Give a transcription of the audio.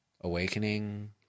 awakening